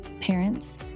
Parents